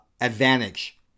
advantage